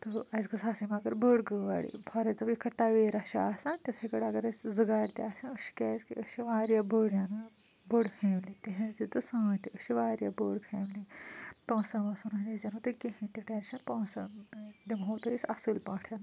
تہٕ اسہِ گٔژھ آسٕنۍ مگر بٔڑ گٲڑۍ فار ایٚگزامپٕل یِتھ کٲٹھۍ تویرا چھِ آسان تِتھٔے کٲٹھۍ اگر اسہِ زٕ گاڑِ تہِ آسیٚن أسۍ چھِ کیٛازِکہِ أسۍ چھِ واریاہ بٔڑۍ ٲں بٔڑ فیملی تِہنٛز تہِ تہٕ سٲنۍ تہِ أسۍ چھِ واریاہ بٔڑ فیملی پونٛسَن وونٛسَن ہُنٛد ہیزیٛو نہٕ تُہۍ کِہیٖنۍ تہِ ٹیٚنشَن پونٛسہِ ٲں دِمہو تۄہہِ أسۍ اصٕل پٲٹھۍ